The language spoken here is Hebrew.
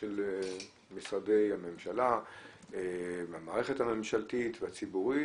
של משרדי הממשלה והמערכת הממשלתית והציבורית,